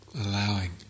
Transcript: allowing